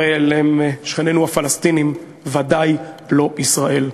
הרי הוא שכנינו הפלסטינים, ודאי לא ישראל.